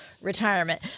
retirement